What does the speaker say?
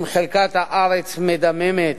אם חלקת הארץ מדממת,